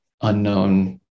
unknown